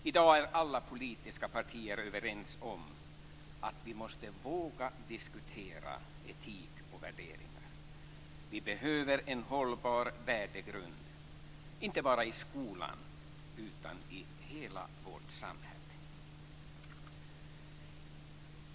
I dag är alla politiska partier överens om att vi måste våga diskutera etik och värderingar. Vi behöver en hållbar värdegrund inte bara i skolan utan i hela vårt samhälle.